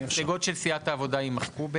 הסתייגויות של סיעת העבודה יימחקו,